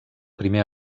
primer